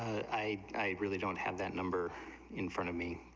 i i'd really don't have that number in from me,